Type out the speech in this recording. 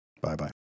Bye-bye